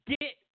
get